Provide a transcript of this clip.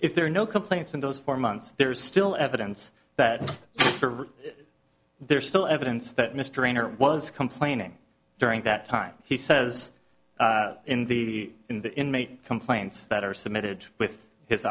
if there are no complaints in those four months there's still evidence that they're still evidence that mr rayner was complaining during that time he says in the in the inmate complaints that are submitted with his